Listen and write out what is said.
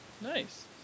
Nice